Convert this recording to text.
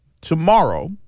tomorrow